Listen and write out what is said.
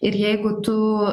ir jeigu tu